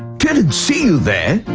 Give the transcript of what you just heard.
can't and see you there.